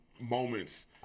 moments